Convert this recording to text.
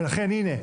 ולכן הנה,